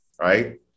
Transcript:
right